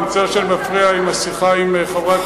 אני מצטער שאני מפריע בשיחה עם חברת הכנסת רגב.